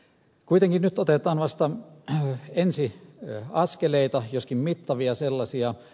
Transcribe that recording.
kuitenkin nyt otetaan vasta ensi askeleita joskin mittavia sellaisia